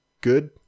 good